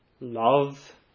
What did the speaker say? Love